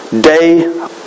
day